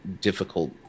difficult